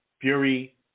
Fury